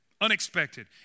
Unexpected